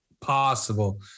possible